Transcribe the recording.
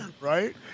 Right